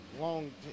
long